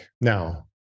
now